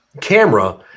camera